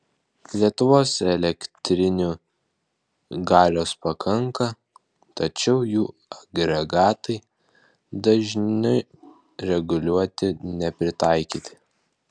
lietuvos elektrinių galios pakanka tačiau jų agregatai dažniui reguliuoti nepritaikyti